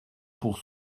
pour